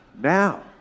Now